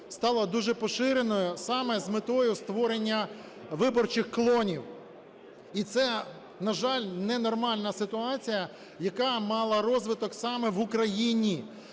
стала дуже поширеною саме з метою створення виборчих клонів. І це, на жаль, ненормальна ситуація, яка мала розвиток саме в Україні.